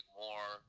more